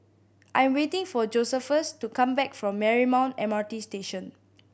I am waiting for Josephus to come back from Marymount M R T Station